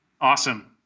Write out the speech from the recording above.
Awesome